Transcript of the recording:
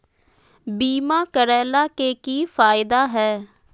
बीमा करैला के की फायदा है?